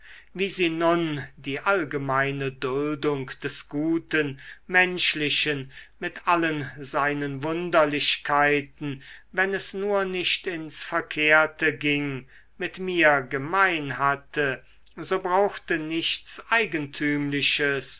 wie sie nun die allgemeine duldung des guten menschlichen mit allen seinen wunderlichkeiten wenn es nur nicht ins verkehrte ging mit mir gemein hatte so brauchte nichts eigentümliches